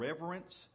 reverence